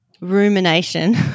rumination